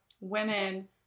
women